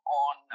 on